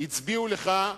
הצביע לך,